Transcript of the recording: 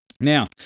Now